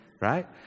right